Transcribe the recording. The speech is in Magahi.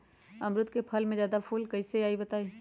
अमरुद क फल म जादा फूल कईसे आई बताई?